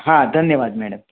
હા ધન્યવાદ મેડમ